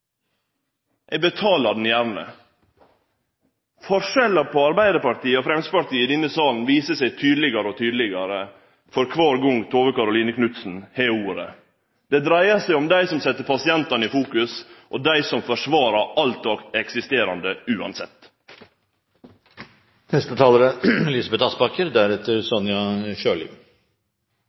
Arbeidarpartiet og Framstegspartiet i denne salen viser seg tydelegare og tydelegare for kvar gong Tove Karoline Knutsen har ordet. Det dreier seg om dei som set pasientane i fokus, og dei som forsvarar alt det eksisterande, uansett. Høyre er